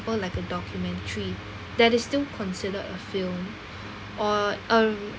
like a documentary that is still considered a film or uh